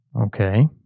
okay